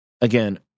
Again